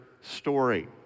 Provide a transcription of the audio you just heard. story